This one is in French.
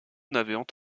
n’avaient